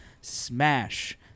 Smash